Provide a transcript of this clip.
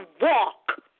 walk